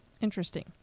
Interesting